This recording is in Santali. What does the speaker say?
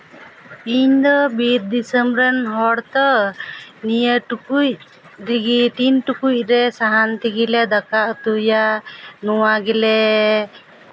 ᱤᱧ ᱫᱚ ᱵᱤᱨ ᱫᱤᱥᱚᱢ ᱨᱮᱱ ᱦᱚᱲ ᱛᱚ ᱱᱤᱭᱟᱹ ᱴᱩᱠᱩᱡ ᱨᱮᱜᱮ ᱴᱤᱱ ᱴᱩᱠᱩᱡ ᱨᱮ ᱥᱟᱦᱟᱱ ᱛᱮᱜᱮᱞᱮ ᱫᱟᱠᱟ ᱩᱛᱩᱭᱟ ᱱᱚᱣᱟ ᱜᱮᱞᱮ